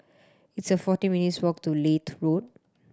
it's a forty minutes' walk to Leith Road